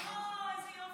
אוה, איזה יופי.